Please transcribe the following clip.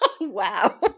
Wow